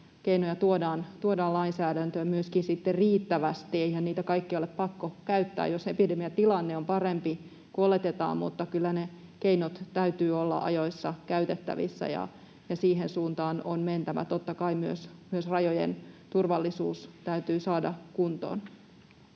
sitten myöskin lainsäädäntöön riittävästi. Eihän niitä kaikkia ole pakko käyttää, jos epidemiatilanne on parempi kuin oletetaan, mutta kyllä niiden keinojen täytyy olla ajoissa käytettävissä, ja siihen suuntaan on mentävä. Totta kai myös rajojen turvallisuus täytyy saada kuntoon.